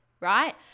right